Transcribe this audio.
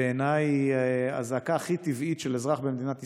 שבעיניי היא הזעקה הכי טבעית של אזרח במדינת ישראל.